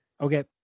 Okay